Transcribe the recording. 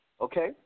Okay